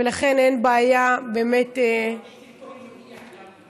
ולכן אין בעיה באמת, איציק כהן גם יודיע לנו.